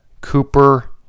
Cooper